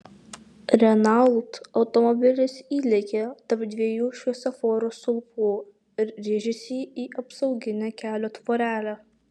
renault automobilis įlėkė tarp dviejų šviesoforo stulpų ir rėžėsi į apsauginę kelio tvorelę